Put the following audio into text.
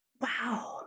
wow